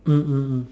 mm mm mm